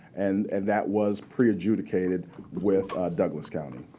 and and that was pre-adjudicated with douglas county.